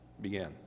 began